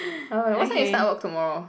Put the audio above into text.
alright what time you start work tomorrow